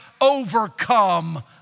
overcome